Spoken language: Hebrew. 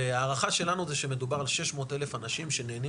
וההערכה שלנו זה שמדובר על 600 אלף אנשים שנהנים